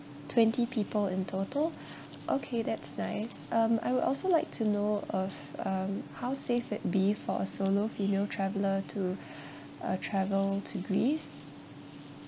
twenty people in total okay that's nice um I would also like to know of um how safe it'd be for a solo female traveller to uh travel to greece